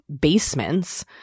basements